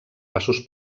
passos